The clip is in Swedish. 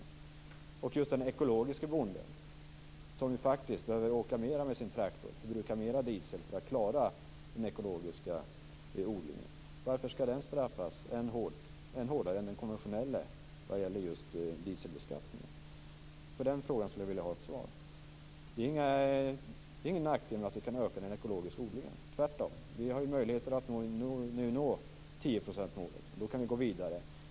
Och varför skall den ekologiska bonden, som ju faktiskt behöver åka mera med sin traktor och använda mera dieselolja för att klara den ekologiska odlingen, straffas än hårdare av dieseloljebeskattningen än den konventionella bonden? På den frågan skulle jag vilja ha ett svar. Det är ingen nackdel att den ekologiska odlingen kan ökas, tvärtom. Vi har nu möjlighet att nå 10 procentsmålet, och vi kan då gå vidare.